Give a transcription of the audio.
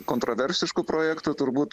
kontroversišku projektu turbūt